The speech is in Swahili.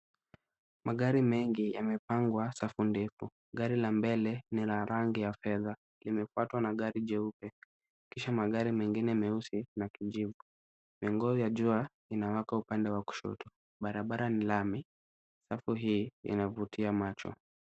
Magari mengi yamepangwa safu ndefu. Gari la mbele ni la rangi ya fedha limefuatwa na gari jeupe kisha magari mengine meusi na kijivu. Miongozo ya jua inawaka upande wa kushoto, barabara ni lami. Safu hii inavutia macho.